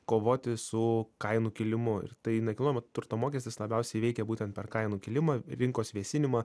kovoti su kainų kilimu ir tai nekilnojamo turto mokestis labiausiai veikia būtent per kainų kilimą rinkos vėsinimą